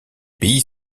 pays